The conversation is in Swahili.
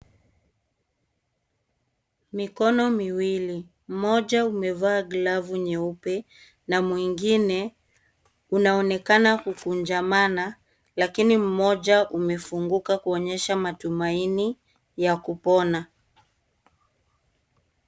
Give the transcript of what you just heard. Mikono miwili, moja umevaa glovu nyeupe na mwingine unaonekana kukunjamana lakini moja umefunguka kuonyesha matumaini ya kupona.